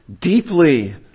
deeply